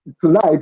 tonight